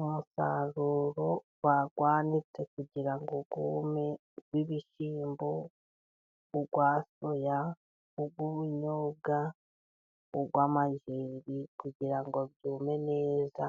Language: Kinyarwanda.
Umusaruro bawanitse kugira ngo wume w'ibishyimbo, uwa soya, uw'ubunyobwa, uw'amajeri, kugira ngo byume neza.